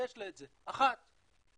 שיש לה את זה, אחת, נורבגיה,